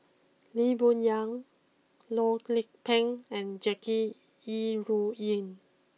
Lee Boon Yang Loh Lik Peng and Jackie Yi Ru Ying